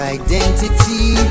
identity